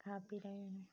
खा पी रहे हैं